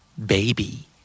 Baby